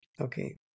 okay